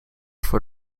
voor